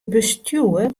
bestjoer